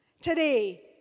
Today